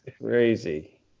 crazy